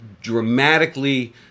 dramatically